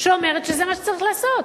שאומרת שזה מה שצריך לעשות.